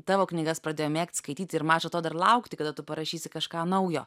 tavo knygas pradėjo mėgt skaityt ir maža to dar laukti kada tu parašysi kažką naujo